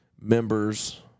members